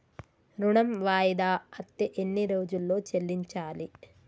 ఋణం వాయిదా అత్తే ఎన్ని రోజుల్లో చెల్లించాలి?